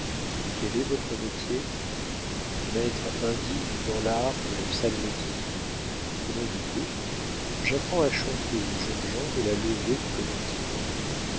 et quel est votre métier maître indigne dans l'art de la psalmodie comment dites-vous j'apprends à chanter aux jeunes gens de la levée du